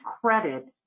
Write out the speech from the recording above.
credit